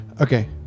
Okay